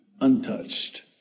untouched